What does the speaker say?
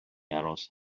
aros